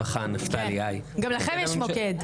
גם לכם יש מוקד,